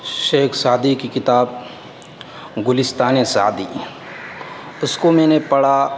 شیخ Saadi کی کتاب گلستانِ سعدی اس کو میں نے پڑھا